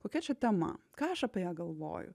kokia čia tema ką aš apie ją galvoju